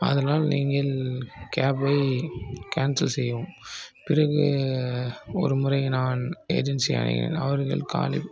ஆதலால் நீங்கள் கேபை கேன்சல் செய்யவும் பிறகு ஒருமுறை நான் ஏஜென்சியை அணுகினேன் அவர்கள் காலை